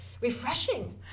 refreshing